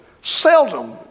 Seldom